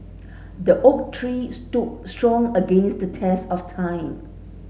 the oak tree stood strong against the test of time